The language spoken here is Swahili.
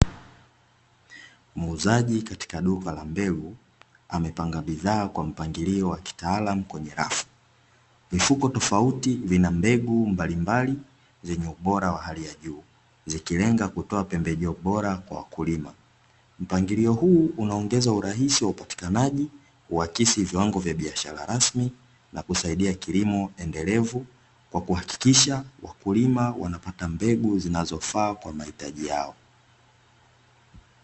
Muuzaji katika duka la mbegu amepanga bidhaa kwa mpangilio wa kitaalamu kwenye rafu. Mifuko tofauti ina mbegu mbalimbali zenye ubora wa hali ya juu, zikilenga kutoa pembejeo bora kwa wakulima. Mpangilio huu unaongeza urahisi wa upatikanaji, huakisi viwango vya biashara rasmi, na kusaidia kilimo endelevu, kwa kuhakikisha kilimo wanapata mbegu zinazofaa kwa mahitaji yao.